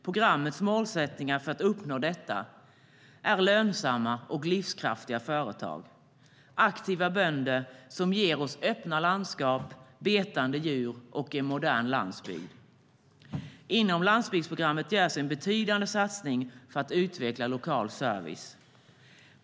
Programmets målsättningar för att uppnå detta är lönsamma och livskraftiga företag, aktiva bönder som ger oss öppna landskap med betande djur och en modern landsbygd. Inom landsbygdsprogrammet görs en betydande satsning för att utveckla lokal service.